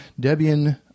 Debian